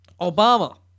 Obama